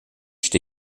phd